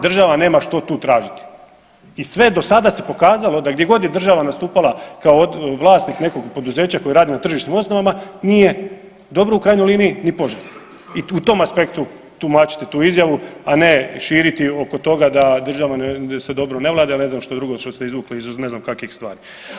Država nema što tu tražiti i sve do sada se pokazalo da gdje god je država nastupala kao vlasnik nekog poduzeća koje radi na tržišnim osnovama nije u dobro u krajnjoj liniji ni poželjno i u tom aspektu tumačite tu izjavu, a ne širiti oko toga da država se dobro ne vlada ili ne znam što drugo što ste izvukli iz ne znam kakvih stvari.